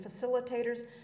facilitators